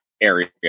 area